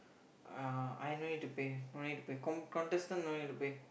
uh I no need to pay no need to pay com~ contestant no need to pay